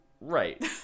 Right